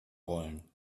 rollen